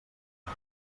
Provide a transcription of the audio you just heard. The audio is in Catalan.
mar